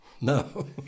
No